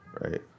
right